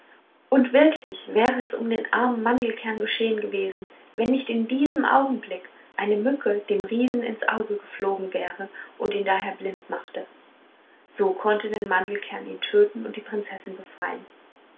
und wirklich wäre es um den armen mandelkern geschehen gewesen wenn nicht in diesem augenblick eine mücke dem riesen ins auge geflogen wäre und ihn daher blind machte so konnte denn mandelkern ihn töten und die prinzessin befreien